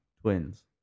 Twins